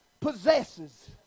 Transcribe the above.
possesses